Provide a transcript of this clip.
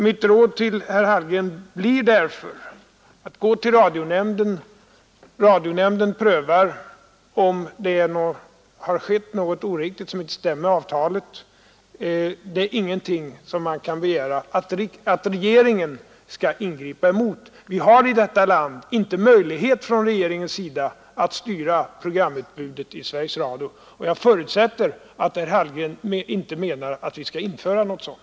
Mitt råd till herr Hallgren blir därför att han vänder sig till radionämnden, som får pröva om det har skett något som inte överensstämmer med avtalet mellan Sveriges Radio och staten. Regeringen kan inte ingripa i detta fall, eftersom i vårt land regeringen inte har möjlighet att styra Sveriges Radios programutbud. Jag förutsätter att det inte heller är herr Hallgrens mening att vi skall införa något sådant.